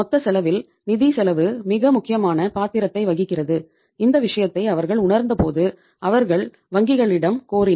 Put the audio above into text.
மொத்த செலவில் நிதிச் செலவு மிக முக்கியமான பாத்திரத்தை வகிக்கிறது இந்த விஷயத்தை அவர்கள் உணர்ந்தபோது அவர்கள் வங்கிகளிடம் கோரினர்